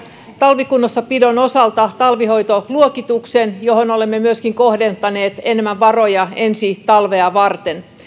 talvikunnossapidon osalta talvihoitoluokituksen johon olemme myöskin kohdentaneet enemmän varoja ensi talvea varten